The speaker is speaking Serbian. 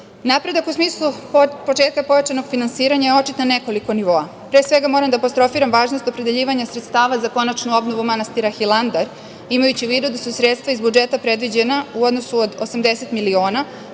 u smislu početka pojačanog finansiranja je na nekoliko nivoa. Pre svega, moram da apostrofiram važnost opredeljivanja sredstava za konačnu obnovu manastira Hilandar, imajući u vidu da su sredstva iz budžeta predviđena u odnosu od 80 miliona,